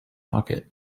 pocket